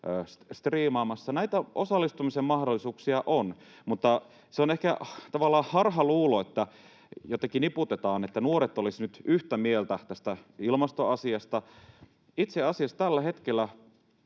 striimaamassa. Näitä osallistumisen mahdollisuuksia on, mutta se on ehkä tavallaan harhaluulo, että jotenkin niputetaan, että nuoret olisivat nyt yhtä mieltä tästä ilmastoasiasta. Itse asiassa tällä hetkellä